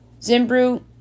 Zimbru